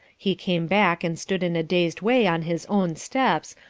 he came back and stood in a dazed way on his own steps,